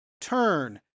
Turn